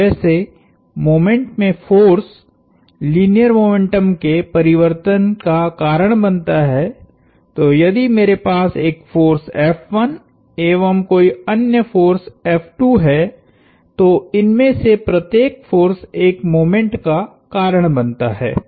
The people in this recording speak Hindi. तो जैसे मोमेंट में फोर्स लीनियर मोमेंटम के परिवर्तन का कारण बनता है तो यदि मेरे पास एक फोर्स एवं कोई अन्य फोर्स है तो इनमें से प्रत्येक फोर्स एक मोमेंट का कारण बनता है